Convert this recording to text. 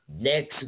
next